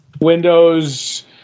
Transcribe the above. Windows